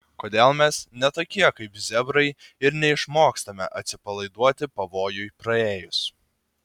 kodėl mes ne tokie kaip zebrai ir neišmokstame atsipalaiduoti pavojui praėjus